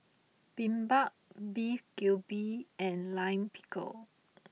Bibimbap Beef Galbi and Lime Pickle